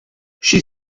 she